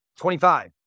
25